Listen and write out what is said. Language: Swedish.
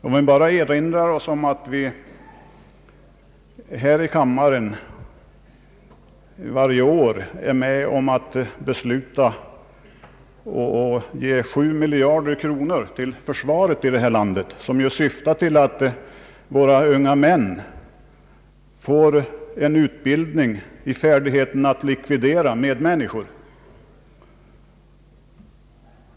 Vi kan bara erinra oss att vi här i kammaren varje år är med om att fatta beslut, som innebär att vi ger inemot sex miljarder kronor till försvaret, vilket ju syftar till att våra unga män får utbildning i färdigheten att likvidera medmänniskor.